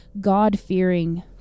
God-fearing